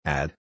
Add